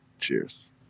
cheers